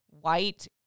white